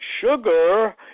sugar